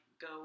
go